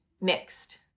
mixed